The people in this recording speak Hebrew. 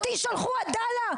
אותי שלחו עדאללה?